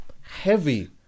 Heavy